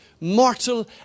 mortal